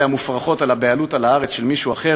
המופרכות על הבעלות על הארץ של מישהו אחר.